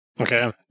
Okay